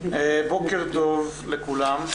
בוקר טוב לכולם.